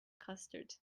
custard